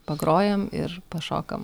pagrojam ir pašokam